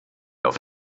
auf